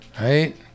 right